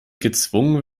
gezwungen